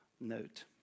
note